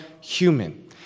human